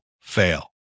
fail